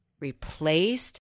replaced